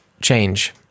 change